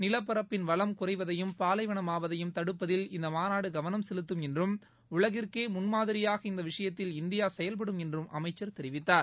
நிலப்பரப்பின் வளம் குறைவதையும் பாலைவனமாவதையும் தடுப்பதில் இந்த மாநாடு கவனம செலுத்தும் என்றும் உலகிற்கே முன்மாதிரியாக இந்த விஷயத்தில் இந்தியா செயல்படும் என்றும் அமைச்சர் தெரிவித்தார்